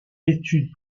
études